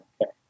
okay